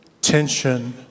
tension